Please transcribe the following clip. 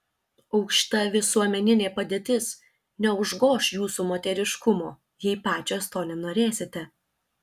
aukšta visuomeninė padėtis neužgoš jūsų moteriškumo jei pačios to nenorėsite